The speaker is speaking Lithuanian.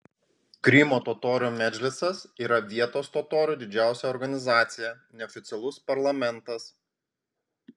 krymo totorių medžlisas yra vietos totorių didžiausia organizacija neoficialus parlamentas